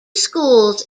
schools